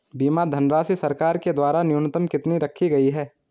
बीमा धनराशि सरकार के द्वारा न्यूनतम कितनी रखी गई है?